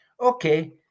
okay